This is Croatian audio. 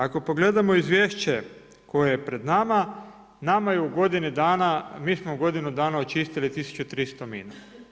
Ako pogledamo izvješće koje je pred nama, nama je u godini dana mi smo u godinu dana očistili 1300 mina.